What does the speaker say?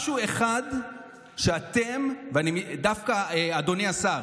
משהו אחד שאתם, ואדוני השר,